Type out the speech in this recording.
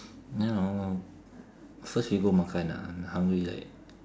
ya first we go makan ah I'm hungry like